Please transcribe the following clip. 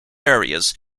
areas